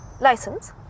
License